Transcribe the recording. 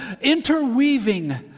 interweaving